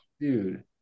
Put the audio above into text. Dude